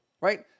right